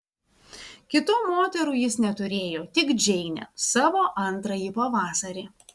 kitų moterų jis neturėjo tik džeinę savo antrąjį pavasarį